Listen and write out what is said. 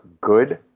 good